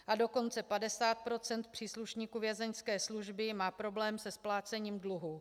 A dokonce 50 % příslušníků vězeňské služby má problém se splácením dluhů.